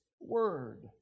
word